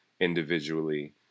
individually